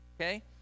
Okay